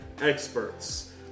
experts